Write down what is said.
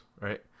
Right